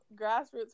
grassroots